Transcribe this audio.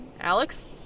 Alex